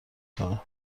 کنه